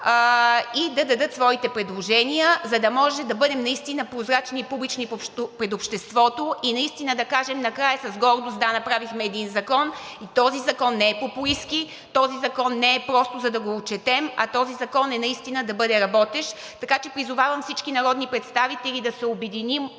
и да дадат своите предложения, за да може да бъдем наистина прозрачни и публични пред обществото и да кажем накрая с гордост: да, направихме един закон и този закон не е популистки, този закон не е просто за да го отчетем, а този закон е наистина да бъде работещ. Така че, призовавам всички народни представители да се обединим